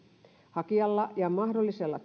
hakijalle ja mahdolliselle